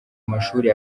amashuri